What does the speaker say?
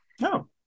No